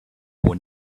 would